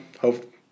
hope